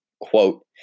Quote